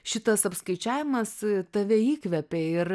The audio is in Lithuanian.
šitas apskaičiavimas tave įkvepia ir